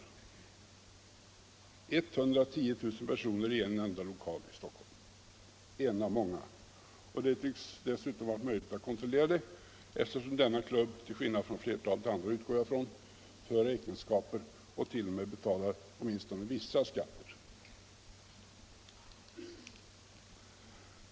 En enda lokal i Stockholm — en av många — hade under denna tid besök av 110 000 personer! Denna uppgift tycks dessutom vara möjlig att kontrollera, eftersom denna klubb till skillnad från flertalet andra, utgår jag ifrån, för räkenskaper och t.o.m. betalar åtminstone vissa skatter.